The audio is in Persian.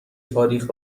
تاریخ